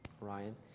Ryan